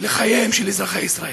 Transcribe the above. לחייהם של אזרחי ישראל.